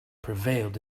prevailed